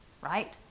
right